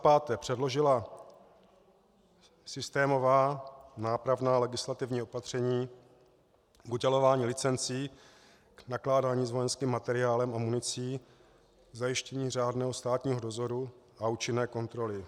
5. předložila systémová nápravná legislativní opatření k udělování licencí k nakládání s vojenským materiálem a municí, k zajištění řádného státního dozoru a účinné kontroly;